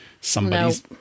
somebody's